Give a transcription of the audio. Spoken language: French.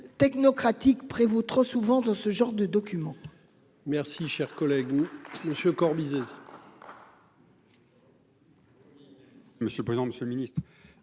technocratique prévaut trop souvent dans ce genre de document.